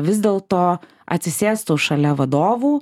vis dėlto atsisėstų šalia vadovų